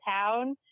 town